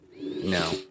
No